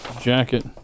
jacket